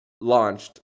launched